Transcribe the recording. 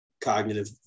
cognitive